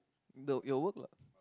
the your work lah